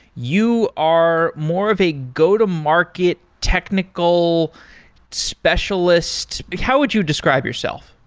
you are more of a go-to-market technical specialist how would you describe yourself?